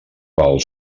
val